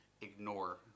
Ignore